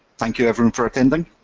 thank you everyone for attending.